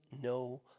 no